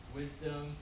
wisdom